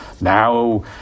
now